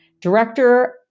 Director